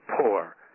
poor